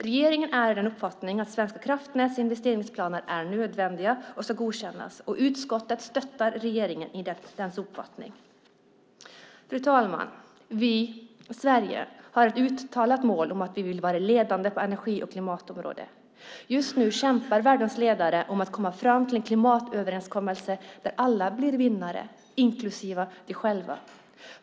Regeringen är av uppfattningen att Svenska kraftnäts investeringsplaner är nödvändiga och måste godkännas. Utskottet stöttar regeringens uppfattning. Fru talman! Sverige har ett uttalat mål om att vara ledande på energi och klimatområdet. Just nu kämpar världens ledare om att komma fram till en klimatöverenskommelse där alla blir vinnare, inklusive de själva.